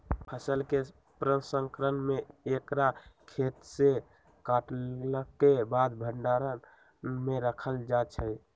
फसल के प्रसंस्करण में एकरा खेतसे काटलाके बाद भण्डार में राखल जाइ छइ